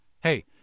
Hey